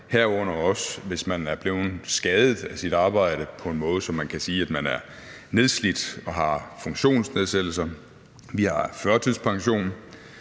herunder også hvis man er blevet skadet af sit arbejde på en måde, så man kan sige, at man er nedslidt og har funktionsnedsættelser. Vi har førtidspension,